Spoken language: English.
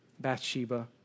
Bathsheba